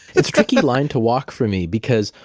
it's tricky line to walk for me because,